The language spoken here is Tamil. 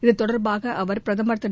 இதுதொடர்பாக அவர் பிரதமர் திரு